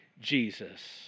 Jesus